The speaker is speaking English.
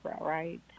right